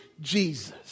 Jesus